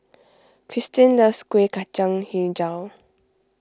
Christine loves Kuih Kacang HiJau